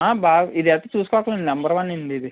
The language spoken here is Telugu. బాగా ఇదైతే చూసుకోక్కర్లేదండి నెంబర్ వన్ అండి ఇది